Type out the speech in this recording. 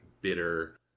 bitter